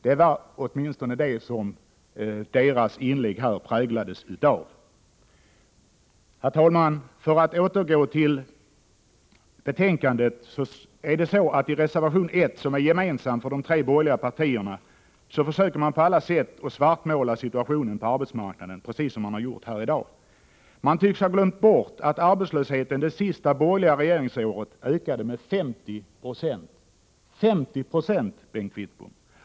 Det var åtminstone det som de borgerliga representanternas inlägg här präglades av. Fru talman! För att återgå till utskottsbetänkandet är det så att man i reservation 1, som är gemensam för de tre borgerliga partierna, på alla sätt försöker svartmåla situationen på arbetsmarknaden — precis som man har gjort här i dag. Man tycks ha glömt att arbetslösheten det sista borgerliga 85 regeringsåret ökade med 50 96 — 50 76, Bengt Wittbom!